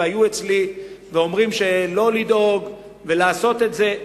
היו אצלי ואומרים שלא לדאוג ולעשות את זה.